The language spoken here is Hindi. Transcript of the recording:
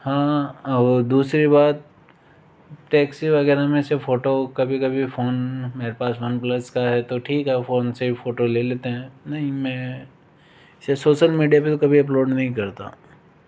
हाँ और दूसरी बात टैक्सी वगैरह में जब फोटो कभी कभी फोन मेरे पास वन प्लस का है तो ठीक है फोन से ही फोटो ले लेते हैं नहीं मैं सोशल मिडिया पे कभी अपलोड नहीं करता